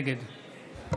נגד